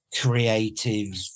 creative